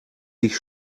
sich